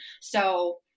So-